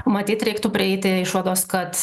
matyt reiktų prieiti išvados kad